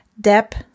Deb